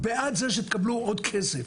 אנחנו בעד זה שתקבלו עוד כסף.